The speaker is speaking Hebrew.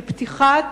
של פתיחת